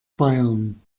bayern